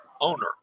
owner